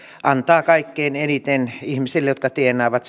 antaa kaikkein eniten ihmisille jotka tienaavat